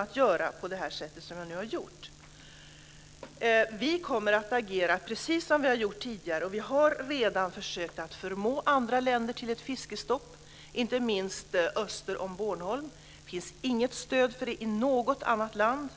att göra på det sätt som jag nu har gjort. Vi kommer att agera precis som vi har gjort tidigare. Vi har redan försökt att förmå andra länder till ett fiskestopp, inte minst öster om Bornholm. Men det finns inget stöd för det i något annat land.